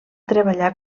treballar